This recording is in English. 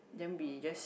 then we just